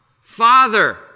Father